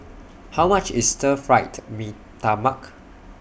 How much IS Stir Fry Mee Tai Mak